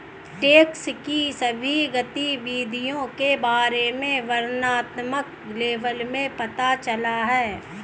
tax की सभी गतिविधियों के बारे में वर्णनात्मक लेबल में पता चला है